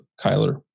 Kyler